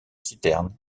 citerne